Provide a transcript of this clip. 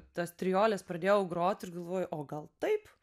tas trioles pradėjau grot ir galvoju o gal taip